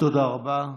תודה רבה.